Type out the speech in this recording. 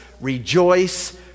rejoice